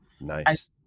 Nice